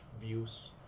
views